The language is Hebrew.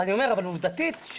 אבל עובדתית,